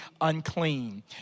unclean